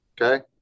Okay